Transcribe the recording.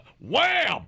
Wham